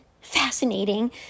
fascinating